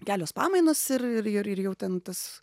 kelios pamainos ir ir ir jau ten tas